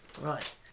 Right